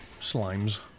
slimes